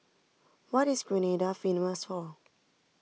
what is Grenada famous for